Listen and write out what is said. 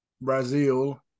Brazil